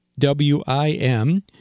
WIM